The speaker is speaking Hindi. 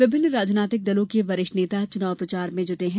विभिन्न राजनीतिक दलों के वरिष्ठ नेता चुनाव प्रचार में जुटे हैं